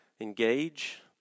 engage